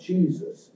Jesus